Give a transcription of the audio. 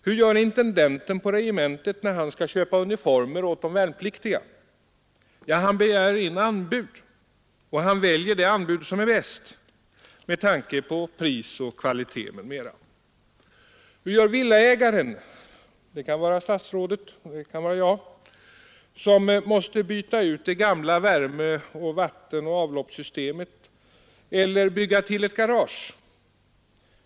Hur gör intendenten när han skall köpa uniformer åt de värnpliktiga? Jo, han begär in anbud, och han väljer det som är bäst med tanke på pris och kvalitet m.m. Och hur gör villaägaren — det kan vara statsrådet eller jag — som måste byta ut det gamla värme-, vattenoch avloppssystemet eller bygga till ett garage?